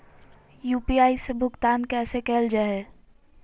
UPI से भुगतान कैसे कैल जहै?